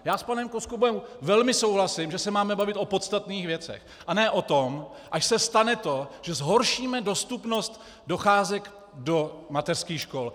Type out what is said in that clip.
Já s panem Koskubou velmi souhlasím, že se máme bavit o podstatných věcech, a ne o tom, až se stane to, že zhoršíme dostupnost docházek do mateřských škol.